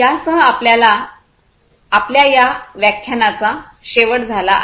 यासह आपल्या आपण व्याख्यानाचा शेवट झाला आहे